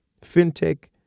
fintech